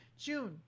June